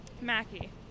Mackie